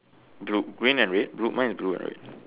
blue green and red blue mine is blue right